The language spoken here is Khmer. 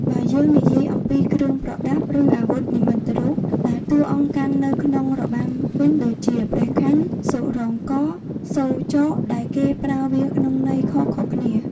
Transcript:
បើយើងនិយាយអំពីគ្រឿងប្រដាប់ ឬអាវុធនិមិត្តរូប ដែលតួអង្គកាន់នៅក្នុងរបាំវិញដូចជា ព្រះខ័ន សុរ៉ងក សូរចក ដែលគេប្រើវាក្នុងន័យខុសៗគ្នា។